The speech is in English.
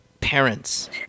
parents